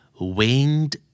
winged